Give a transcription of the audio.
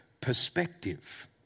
perspective